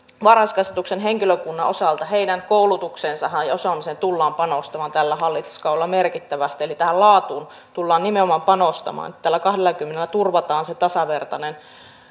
varhaiskasvatuksen henkilökunnan osalta heidän koulutukseensa ja osaamiseensahan tullaan panostamaan tällä hallituskaudella merkittävästi eli tähän laatuun tullaan nimenomaan panostamaan tällä kahdellakymmenellä turvataan se tasavertainen